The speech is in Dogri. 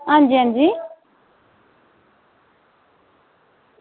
हां जी हां जी